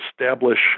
establish